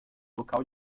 local